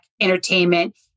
entertainment